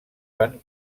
van